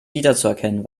wiederzuerkennen